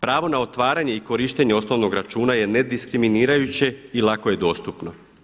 Pravo na otvaranje i korištenje osnovnog računa je nediskriminirajuće i lako je dostupno.